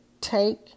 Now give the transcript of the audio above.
take